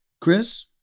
Chris